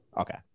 Okay